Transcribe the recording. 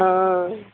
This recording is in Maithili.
हँ